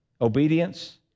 Obedience